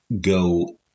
go